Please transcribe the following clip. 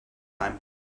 time